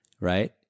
right